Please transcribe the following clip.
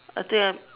I think I'm